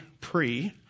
pre